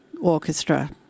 Orchestra